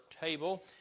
table